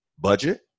budget